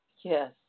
Yes